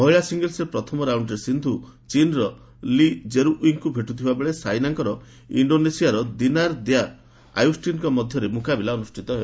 ମହିଳା ସିଙ୍ଗଲ୍ସରେ ପ୍ରଥମ ରାଉଣ୍ଡରେ ସିନ୍ଧୁ ଚୀନ୍ର ଲି ଜେରୁଞ୍ଜିଙ୍କୁ ଭେଟୁଥିବା ବେଳେ ସାଇନାଙ୍କର ଇଣ୍ଡୋନେସିଆର ଦିନାର୍ ଦ୍ୟା ଆୟୁଷ୍ଟିନ୍ଙ୍କ ସହ ମୁକାବିଲା ହେବ